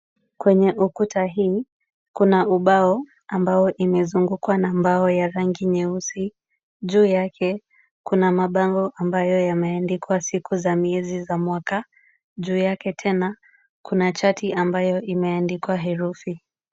Kwenye ukuta hii, kuna ubao ambao imezungukwa na mbao ya rangi nyeusi. Juu yake kuna mabango ambayo yameandikwa siku za miezi za mwaka. Juu yake tena, kuna chati ambayo imeandikwa herufi.